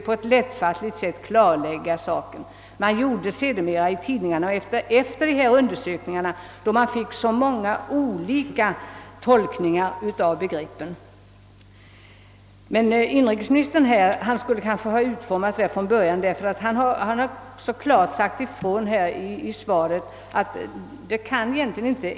Det är i våra dagar för många en förmån att ha en bostad, och man är rädd om den.